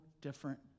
different